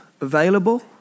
available